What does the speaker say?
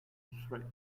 threads